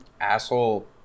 Asshole